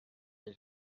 mais